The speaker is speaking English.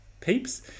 peeps